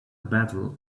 battle